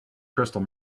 crystal